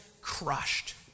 crushed